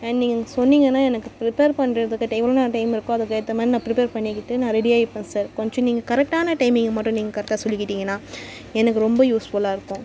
and நீங்கள் எனக்கு சொன்னிங்கன்னால் எனக்கு ப்ரிப்பேர் பண்ணுறதுக்கு டை எவ்வளோ நேரம் டைம் இருக்கோ அதுக்கு ஏற்ற மாதிரி நான் ப்ரிப்பேர் பண்ணிக்கிட்டு நான் ரெடி ஆயிப்பேன் சார் கொஞ்சம் நீங்கள் கரெக்டான டைமிங்கை மட்டும் நீங்கள் கரெக்டாக சொல்லிக்கிட்டிங்கன்னால் எனக்கு ரொம்ப யூஸ்ஃபுல்லாக இருக்கும்